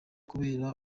kubera